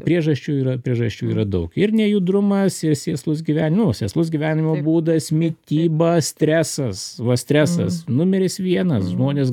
priežasčių yra priežasčių yra daug ir nejudrumas ir sėslus gyven nu sėslus gyvenimo būdas mityba stresas stresas numeris vienas žmonės